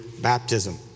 baptism